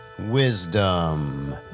Wisdom